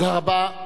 תודה רבה.